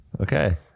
Okay